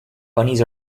bunnies